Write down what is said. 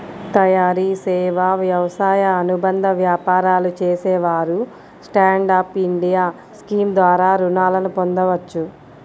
తయారీ, సేవా, వ్యవసాయ అనుబంధ వ్యాపారాలు చేసేవారు స్టాండ్ అప్ ఇండియా స్కీమ్ ద్వారా రుణాలను పొందవచ్చు